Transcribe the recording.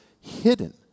hidden